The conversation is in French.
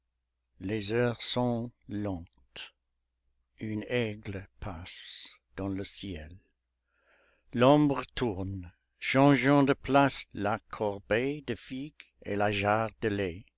les heures sont lentes un aigle passe dans le ciel l'ombre tourne changeons de place la corbeille de figues et la jarre